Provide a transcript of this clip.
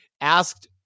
asked